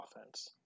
offense